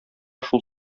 шул